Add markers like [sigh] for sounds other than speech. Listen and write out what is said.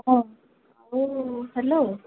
[unintelligible] ଆଉ ହ୍ୟାଲୋ